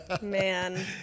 Man